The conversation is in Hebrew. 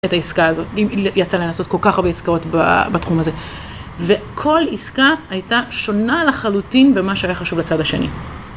את העסקה הזאת. היא יצאה לה לעשות כל כך הרבה עסקאות בתחום הזה. וכל עסקה הייתה שונה לחלוטין במה שהיה חשוב לצד השני.